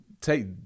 take